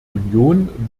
union